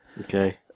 Okay